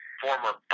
former